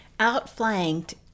Outflanked